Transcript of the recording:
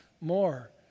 more